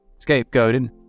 scapegoated